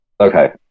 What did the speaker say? Okay